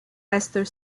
esther